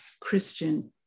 Christian